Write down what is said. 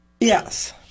Yes